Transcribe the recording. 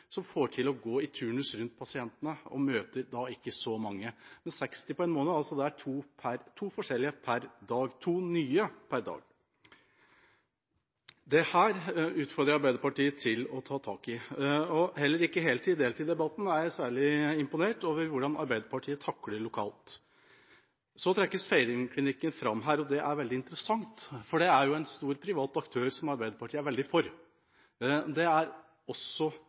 som får til å gå i turnus hos pasientene, som da ikke møter så mange. 60 på en måned er to forskjellige – to nye – per dag. Dette utfordrer jeg Arbeiderpartiet til å ta tak i. Heller ikke heltids-/deltidsdebatten er jeg særlig imponert over hvordan Arbeiderpartiet takler lokalt. Feiringklinikken trekkes fram her. Det er veldig interessant, for det er jo en stor privat aktør som Arbeiderpartiet er veldig for. Det er også